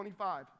25